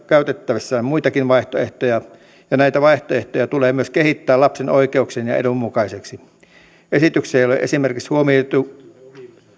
käytettävissään muitakin vaihtoehtoja ja näitä vaihtoehtoja tulee myös kehittää lapsen oikeuksien ja edun mukaisiksi esityksessä ei ole esimerkiksi huomioitu